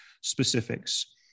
specifics